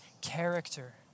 character